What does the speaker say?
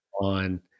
on